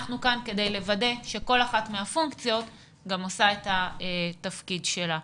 אנחנו כאן כדי לוודא שכל אחת מהפונקציות גם עושה את התפקיד שלה.